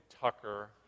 Tucker